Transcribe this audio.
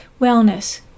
wellness